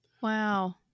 Wow